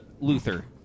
Luther